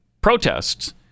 protests